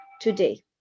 today